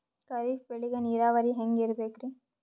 ಖರೀಫ್ ಬೇಳಿಗ ನೀರಾವರಿ ಹ್ಯಾಂಗ್ ಇರ್ಬೇಕರಿ?